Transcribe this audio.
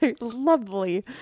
Lovely